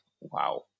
wow